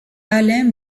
alain